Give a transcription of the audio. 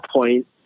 point